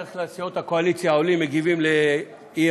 בדרך כלל מסיעות הקואליציה עולים ומגיבים על אי-אמון,